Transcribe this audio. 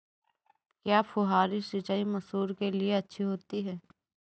क्या फुहारी सिंचाई मसूर के लिए अच्छी होती है?